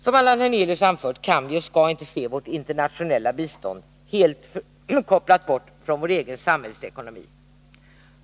Som Allan Hernelius anfört, kan vi och skall vi inte se vårt internationella Nr 138 bistånd som helt bortkopplat från vår egen samhällsekonomi.